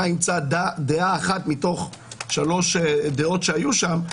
אימצה דעה אחת מתוך שלוש דעות שהיו שם,